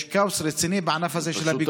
יש כאוס רציני בענף הזה של הפיגומים.